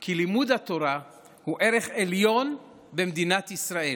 כי לימוד התורה הוא ערך עליון במדינת ישראל.